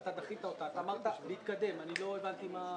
דחית אותה, אמרת להתקדם, לא הבנתי.